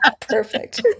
perfect